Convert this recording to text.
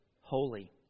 holy